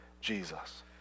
Jesus